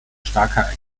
starker